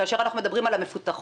כאשר אנחנו מדברים על המפותחות,